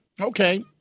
Okay